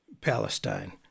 Palestine